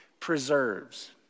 preserves